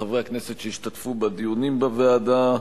ולחברי הכנסת שהשתתפו בדיונים בוועדה.